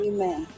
Amen